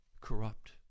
corrupt